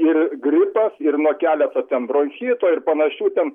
ir gripas ir nuo keleto ten bronchito ir panašių ten